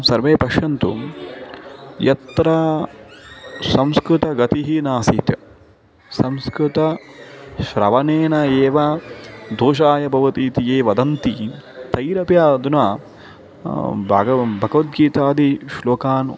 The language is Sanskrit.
सर्वे पश्यन्तु यत्र संस्कृतगतिः न आसीत् संस्कृत श्रवणेन एव दोषाय भवति इति ये वदन्ति तैरपि अधुना भागवं भगवद्गीतादि श्लोकान्